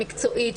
מקצועית,